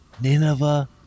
Nineveh